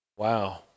Wow